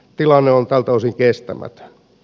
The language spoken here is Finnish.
tilanne on tältä osin kestämätön